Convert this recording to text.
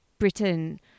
Britain